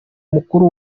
umukuru